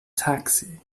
taxi